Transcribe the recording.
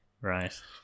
right